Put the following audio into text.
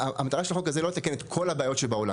המטרה של החוק הזה לא לתקן את כל הבעיות שבעולם,